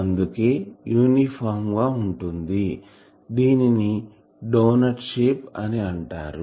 అందుకే యూనిఫామ్ గా ఉంటుంది దీనిని డోనట్ షేప్ అని అంటారు